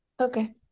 Okay